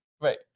Right